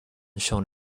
shown